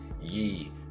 ye